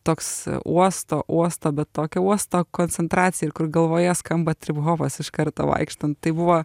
toks uosto uosto bet tokio uosto koncentracija ir kur galvoje skamba trim hopas iš karto vaikštant tai buvo